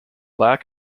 lack